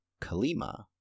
Kalima